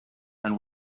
and